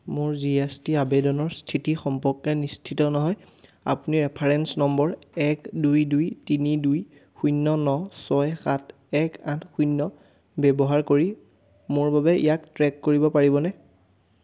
মোৰ G S T আবেদনৰ স্থিতি সম্পৰ্কে নিশ্চিত নহয় আপুনি ৰেফাৰেন্স নম্বৰ এক দুই দুই তিনি দুই শূন্য ন ছয় সাত এক আঠ শূন্য ব্যৱহাৰ কৰি মোৰ বাবে ইয়াক ট্ৰেক কৰিব পাৰিবনে